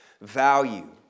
value